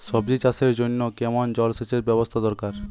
সবজি চাষের জন্য কেমন জলসেচের ব্যাবস্থা দরকার?